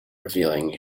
revealing